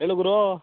ಹೇಳು ಗುರು